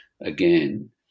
again